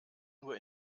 nur